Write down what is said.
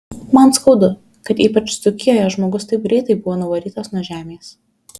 man skaudu kad ypač dzūkijoje žmogus taip greitai buvo nuvarytas nuo žemės